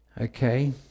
Okay